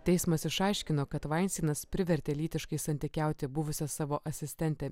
teismas išaiškino kad veinsteinas privertė lytiškai santykiauti buvusią savo asistentę